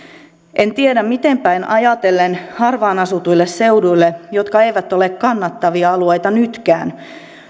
en tiedä miten päin ajatellen harvaan asutuille seuduille jotka eivät ole kannattavia alueita nytkään